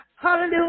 hallelujah